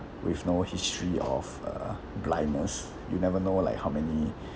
with no history of uh blindness you'll never know like how many